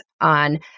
on